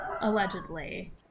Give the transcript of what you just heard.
allegedly